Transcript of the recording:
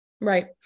Right